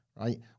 right